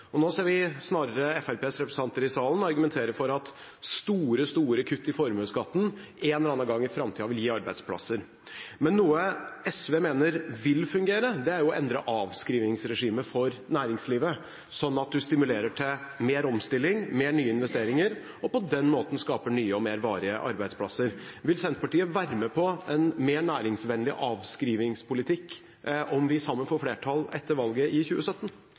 gode. Nå ser vi Fremskrittspartiets representanter i salen snarere argumentere for at store, store kutt i formuesskatten en eller annen gang i framtida vil gi arbeidsplasser. Noe SV mener vil fungere, er å endre avskrivingsregimet for næringslivet, slik at en stimulerer til mer omstilling og flere nye investeringer og på den måten skaper nye og mer varige arbeidsplasser. Vil Senterpartiet være med på en mer næringsvennlig avskrivingspolitikk om vi sammen får flertall etter valget i 2017?